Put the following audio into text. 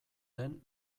den